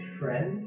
friend